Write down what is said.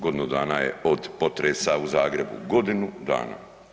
Godinu dana je od potresa u Zagrebu, godinu dana.